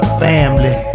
family